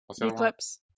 Eclipse